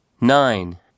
Nine